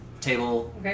table